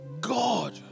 God